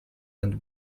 and